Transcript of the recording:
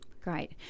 Great